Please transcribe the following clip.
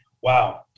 Wow